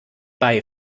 bei